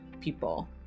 people